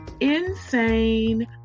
Insane